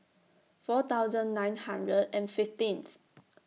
four thousand nine hundred and fifteenth